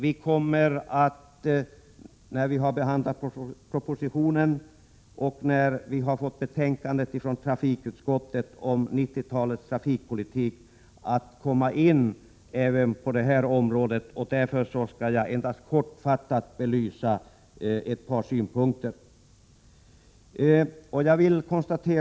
När propositionen om 90-talets trafikpolitik har behandlats och trafikutskottet har lagt fram betänkandet kommer vi in på detta område, och därför skall jag endast kortfattat belysa ett par synpunkter.